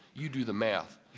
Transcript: you do the math,